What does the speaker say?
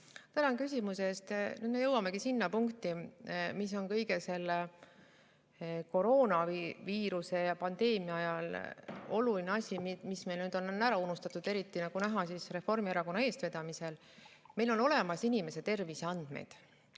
Tänan küsimuse eest! Nüüd me jõuamegi sinna punkti, mis on kogu selle koroonaviiruse ja pandeemia ajal oluline asi, aga mis on ära unustatud, eriti, nagu näha, Reformierakonna eestvedamisel. Meil on olemas inimese terviseandmed.